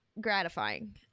gratifying